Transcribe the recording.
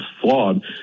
flawed